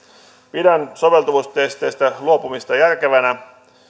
pidän soveltuvuustesteistä luopumista järkevänä